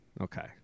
Okay